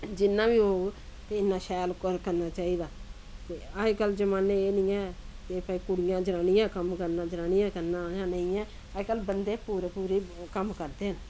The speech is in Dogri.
जिन्ना बी होग ते इन्ना शैल करना चाहिदा ते अज्जकल जमान्ने एह् निं ऐ कि भाई कुड़ियां जनानियां कम्म करना जनानियां करना जां नेईं ऐ अज्जकल बंदे पूरे पूरे कम्म करदे न